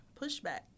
pushback